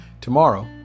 Tomorrow